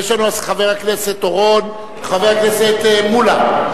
חבר הכנסת מולה.